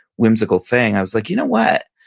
whimsical thing. i was like, you know what,